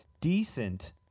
Decent